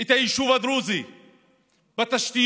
את היישוב הדרוזי בתשתיות,